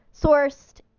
sourced